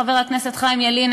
חבר הכנסת חיים ילין,